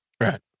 Right